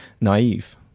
naive